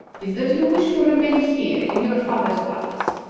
is that you wish to remain here in your father's palace,